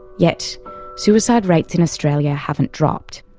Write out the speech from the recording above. yet suicide rates in australia haven't dropped.